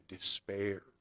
despair